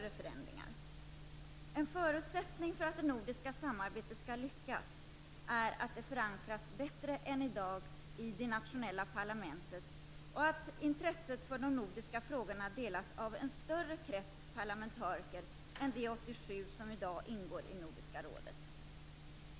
En förutsättning för att det nordiska samarbetet skall lyckas är att det förankras bättre än i dag i de nationella parlamenten och att intresset för de nordiska frågorna delas av en större krets parlamentariker än de 87 som i dag ingår i Nordiska rådet.